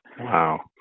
Wow